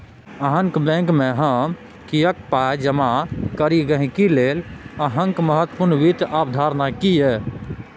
अहाँक बैंकमे हम किएक पाय जमा करी गहिंकी लेल अहाँक महत्वपूर्ण वित्त अवधारणा की यै?